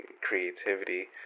creativity